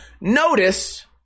notice